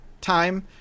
time